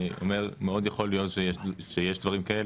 אני אומר מאוד יכול להיות שיש דברים כאלה,